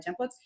templates